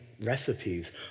recipes